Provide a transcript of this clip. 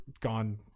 gone